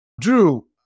Drew